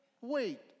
wait